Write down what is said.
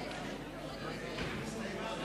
חברי הכנסת, אנחנו